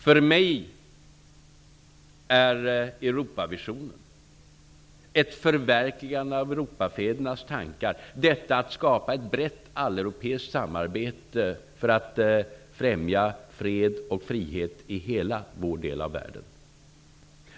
För mig är detta Europavisionen, ett förverkligande av Europafädernas tankar, att skapa ett brett alleuropeiskt samarbete för att främja fred och frihet i hela vår del av världen.